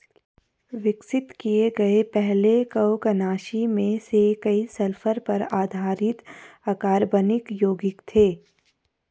विकसित किए गए पहले कवकनाशी में से कई सल्फर पर आधारित अकार्बनिक यौगिक थे